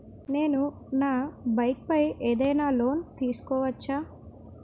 నేను నా బైక్ పై ఏదైనా లోన్ తీసుకోవచ్చా?